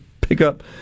pickup